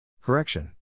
Correction